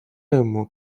ему